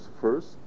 first